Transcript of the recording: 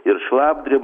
ir šlapdriba